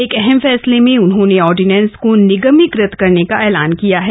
एक अहम फैसले में उन्होंने ऑर्डिनेंस को निगमीकृत करने का ऐलान किया है